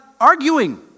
arguing